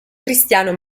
cristiano